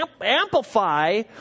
amplify